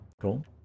Cool